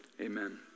amen